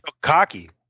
cocky